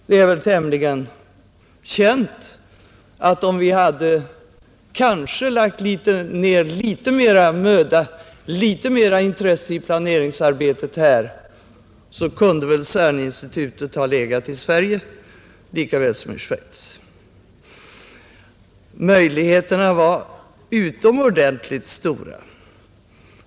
Det är tämligen känt att om vi hade lagt ner litet mer möda och intresse på planeringsarbetet, kunde CERN-projektet ha lokaliserats till Sverige i stället för till Schweiz. Möjligheterna till detta var utomordentligt stora.